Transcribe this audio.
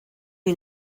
you